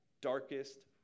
darkest